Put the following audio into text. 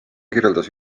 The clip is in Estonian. kirjeldas